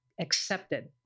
accepted